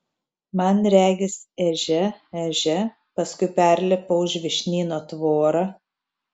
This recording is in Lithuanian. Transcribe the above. man regis ežia ežia paskui perlipa už vyšnyno tvorą